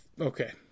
Okay